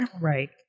Right